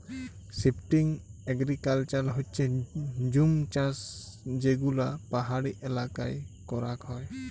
shifting agriculture হচ্যে জুম চাষযেগুলা পাহাড়ি এলাকায় করাক হয়